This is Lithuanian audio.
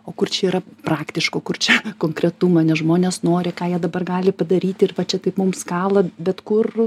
o kur čia yra praktiško kur čia konkretumo nes žmonės nori ką jie dabar gali padaryti ir va čia taip mums kala bet kur